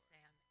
Sam